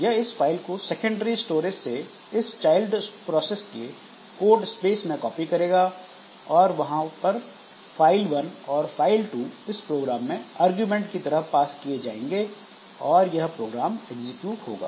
यह इस फाइल को सेकेंडरी स्टोरेज से इस चाइल्ड प्रोसेस के कोड स्पेस में कॉपी करेगा और वहां पर फाइल 1 और फाइल 2 इस प्रोग्राम में अरगुमेंट की तरह पास किए जाएंगे और यह प्रोग्राम एग्जीक्यूट होगा